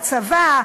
הצבא,